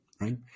right